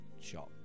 shot